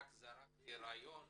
רק זרקתי רעיון